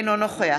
אינו נוכח